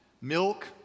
milk